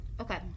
Okay